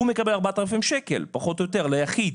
הוא מקבל 4,000 שקל פחות או יותר ליחיד,